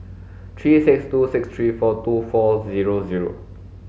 three six two six three four two four zero zero